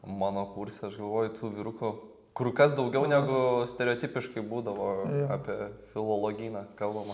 mano kurse aš galvoju tų vyrukų kur kas daugiau negu stereotipiškai būdavo apie filologyną kalbama